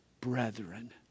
brethren